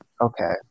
Okay